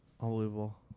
Unbelievable